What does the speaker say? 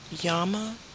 Yama